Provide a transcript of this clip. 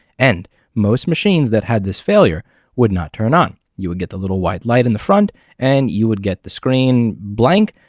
and most machines that had this failure would not turn on. you would get the little white light in the front and you would get the screen blank,